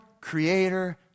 creator